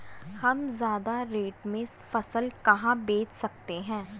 हम ज्यादा रेट में फसल कहाँ बेच सकते हैं?